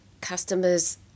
customers